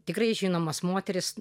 tikrai žinomos moterys